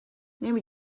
نمی